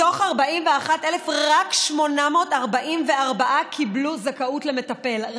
מתוך 41,000 רק 844 קיבלו זכאות למטפל,